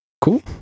Cool